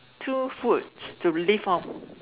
two foods to live off